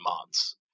months